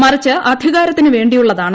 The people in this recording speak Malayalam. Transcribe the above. മറിച്ച് അധികാരത്തിന് വേണ്ടിയുള്ളതാണ്